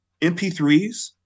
MP3s